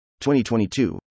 2022